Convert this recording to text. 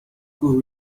could